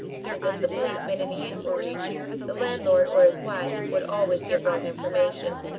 because if the police made any inquiries the landlord or his wife would always give wrong information.